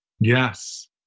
Yes